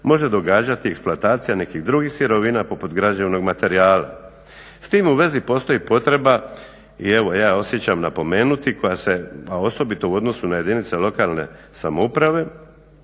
može događati eksploatacija nekih drugih sirovina poput građevnog materijala. S tim u vezi postoji potrebe i evo ja je osjećam napomenuti, koja se a osobito u odnosu na jedinice lokalne samouprave,